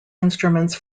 instruments